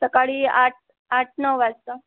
सकाळी आठ आठ नऊ वाजता